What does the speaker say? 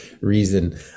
reason